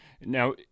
Now